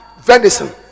Venison